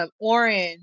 orange